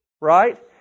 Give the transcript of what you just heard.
right